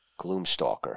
Gloomstalker